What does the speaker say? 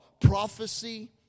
Prophecy